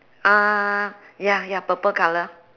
uh ya ya purple colour